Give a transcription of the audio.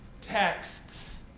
texts